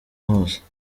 hose